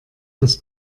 dass